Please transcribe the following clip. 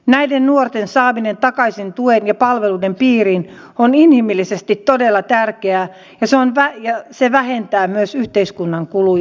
näiden nuorten saaminen takaisin tuen ja palveluiden piiriin on inhimillisesti todella tärkeää ja se vähentää myös yhteiskunnan kuluja